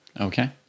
Okay